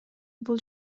бул